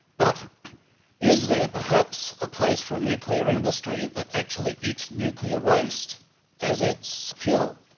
but is there perhaps a place for a nuclear industry that actually eats nuclear waste as its fuel?